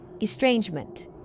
Estrangement